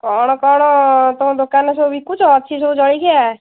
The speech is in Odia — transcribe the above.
କ'ଣ କ'ଣ ତୁମ ଦୋକାନରେ ସବୁ ବିକୁଛ ଅଛି ସବୁ ଜଳଖିଆ